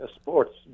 sports